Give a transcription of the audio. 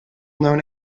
known